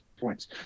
points